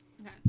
Okay